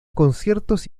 conciertos